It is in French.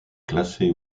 classé